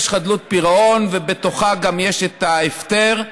יש חדלות פירעון ובתוכה גם יש את ההפטר,